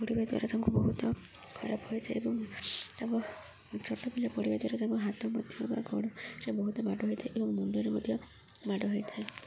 ପଡ଼ିବା ଦ୍ୱାରା ତାଙ୍କୁ ବହୁତ ଖରାପ ହୋଇଥାଏ ଏବଂ ତାଙ୍କ ଛୋଟ ପିଲା ପଡ଼ିବା ଦ୍ୱାରା ତାଙ୍କ ହାତ ମଧ୍ୟ ବା ଗୋଡ଼ରେ ବହୁତ ମାଡ଼ ହୋଇଥାଏ ଏବଂ ମୁଣ୍ଡରେ ମଧ୍ୟ ମାଡ଼ ହୋଇଥାଏ